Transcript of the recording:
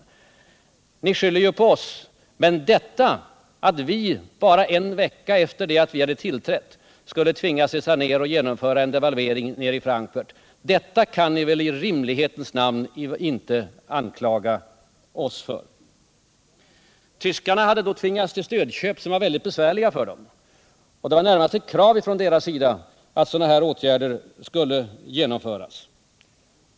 Socialdemokraterna skyller allting på oss, men att jag bara en vecka efter det att regeringen hade tillträtt tvingades resa ner till Frankfurt och genomföra en devalvering kan man väl i rimlighetens namn inte anklaga den nuvarande regeringen för. Tyskarna hade vid den tidpunkten tvingats till stödköp som var väldigt besvärliga för dem, och det var närmast ett krav från deras sida att dessa åtgärder skulle genomföras.